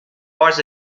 was